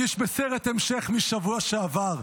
9 בעד ההצעה להעביר את הצעת החוק לוועדה,